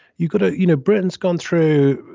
you could. ah you know, britain's gone through,